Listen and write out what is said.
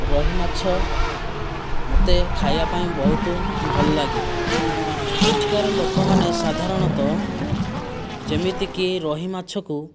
ରୋହୀ ମାଛ ମୋତେ ଖାଇବା ପାଇଁ ବହୁତ ଭଲ ଲାଗେ ଏଠିକାର ଲୋକମାନେ ସାଧାରଣତଃ ଯେମିତିକି ରୋହୀ ମାଛକୁ